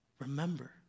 Remember